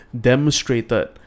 demonstrated